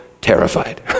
terrified